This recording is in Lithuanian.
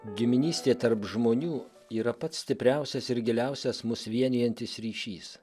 giminystė tarp žmonių yra pats stipriausias ir giliausias mus vienijantis ryšys